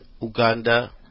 Uganda